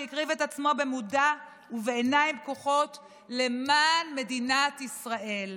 שהקריב את עצמו במודע ובעיניים פקוחות למען מדינת ישראל.